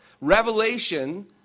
Revelation